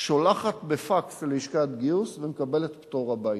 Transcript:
שולחת בפקס ללשכת גיוס ומקבלת פטור הביתה.